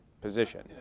position